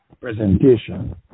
presentation